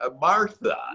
Martha